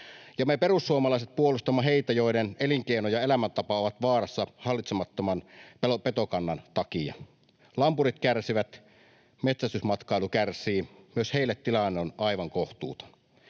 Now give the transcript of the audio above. Me perussuomalaiset puolustamme heitä, joiden elinkeino ja elämäntapa ovat vaarassa hallitsemattoman petokannan takia. Lampurit kärsivät, metsästysmatkailu kärsii, myös heille tilanne on aivan kohtuuton.